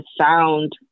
sound